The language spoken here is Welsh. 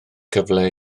cyfle